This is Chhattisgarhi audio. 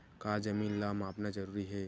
का जमीन ला मापना जरूरी हे?